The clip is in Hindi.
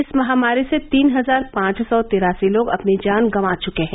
इस महामारी से तीन हजार पांच सौ तिरासी लोग अपनी जान गवां चुके हैं